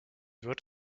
wird